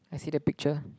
I see the picture